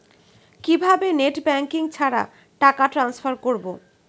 কিভাবে net banking ছাড়া টাকা টান্সফার করব?